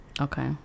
okay